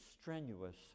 strenuous